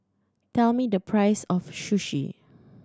tell me the price of Sushi